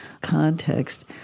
context